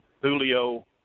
Julio